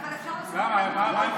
אבל אפשר,